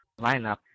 lineup